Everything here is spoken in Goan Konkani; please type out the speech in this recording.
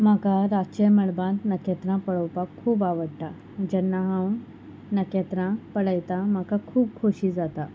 म्हाका रातचे मळबांत नखेत्रां पळोवपाक खूब आवडटा जेन्ना हांव नखेत्रां पळयता म्हाका खूब खोशी जाता